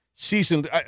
seasoned